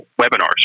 webinars